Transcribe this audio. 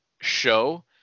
show